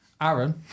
Aaron